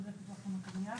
בבקשה.